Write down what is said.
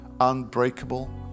unbreakable